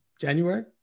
January